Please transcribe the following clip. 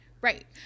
Right